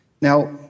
Now